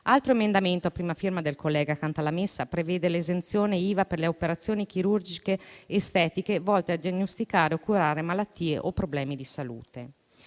altro emendamento a prima firma del collega Cantalamessa prevede l'esenzione IVA per le operazioni chirurgiche estetiche volte a diagnosticare o curare malattie o problemi di salute.